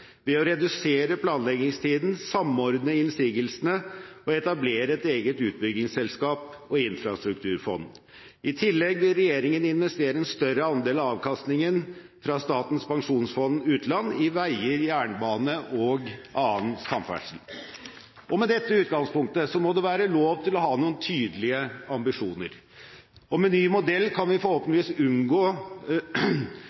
ved å redusere planleggingstiden, samordne innsigelsene og etablere et eget utbyggingsselskap og infrastrukturfond. I tillegg vil regjeringen investere en større andel av avkastningen fra Statens pensjonsfond utland i veier, jernbane og annen samferdsel. Med dette utgangspunktet må det være lov til å ha noen tydelige ambisjoner. Med ny modell kan vi